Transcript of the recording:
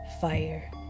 fire